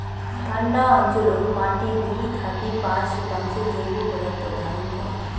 ঠান্ডা অঞ্চলত মাটি দুই থাকি পাঁচ শতাংশ জৈব পদার্থ ধারণ করাং